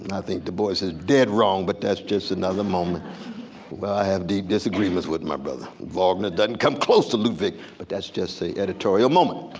and i think du bois is is dead wrong, but that's just another moment where i have deep disagreements with my brother. wagner doesn't come close to ludwig, but that's just the editorial moment.